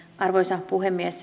arvoisa puhemies